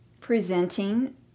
presenting